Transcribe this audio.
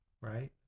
right